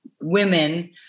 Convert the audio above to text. women